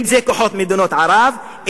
אם כוחות מדינות ערב,